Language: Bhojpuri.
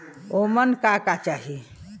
ओमन का का चाही?